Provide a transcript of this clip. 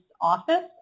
office